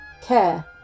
care